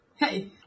Hey